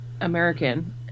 American